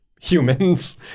humans